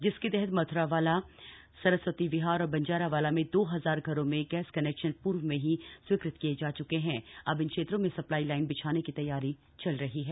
जिसके तहत मथुरावाला सरस्वती विहार और बंजारावाला में दो हजार घरों में गैस कनेक्शन पूर्व में ही स्वीकृत किये जा चुके हैं अब इन क्षेत्रों में सप्लाई लाइन बिछाने की तैयारी चल रही है